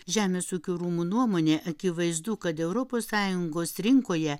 žemės ūkio rūmų nuomone akivaizdu kad europos sąjungos rinkoje